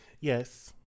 Yes